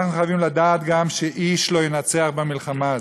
אנחנו חייבים לדעת גם שאיש לא ינצח במלחמה הזאת,